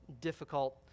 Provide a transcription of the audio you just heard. difficult